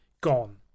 gone